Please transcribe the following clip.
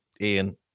Ian